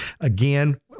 again